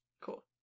Cool